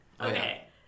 Okay